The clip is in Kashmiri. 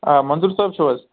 آ منظوٗر صٲب چھُو حظ